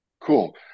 Cool